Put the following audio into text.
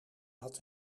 had